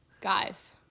guys